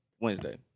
Wednesday